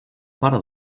pare